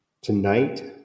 tonight